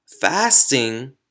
Fasting